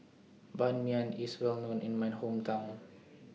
Ban Mian IS Well known in My Hometown